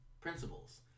principles